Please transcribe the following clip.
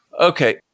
Okay